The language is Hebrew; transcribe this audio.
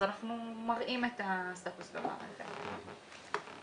אנחנו מראים את הסטטוס הנכון שלו.